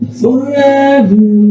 forever